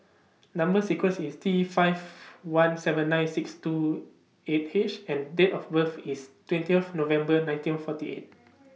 Number sequence IS T five one seven nine six two eight H and Date of birth IS twentieth November nineteen forty eight